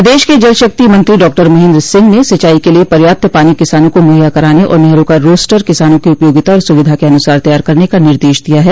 प्रदेश के जलशक्ति मंत्री डॉक्टर महेन्द्र सिंह ने सिंचाई के लिए पर्याप्त पानी किसानों को मुहैया कराने और नहरों का रोस्टर किसानों की उपयोगिता और सुविधा के अनुसार तैयार करने का निर्देश दिया है